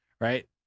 right